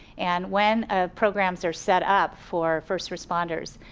and when ah programs are set up for first responders,